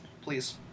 please